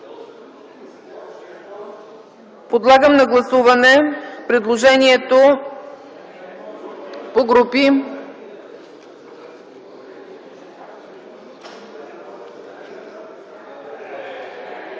Подлагам на гласуване предложението на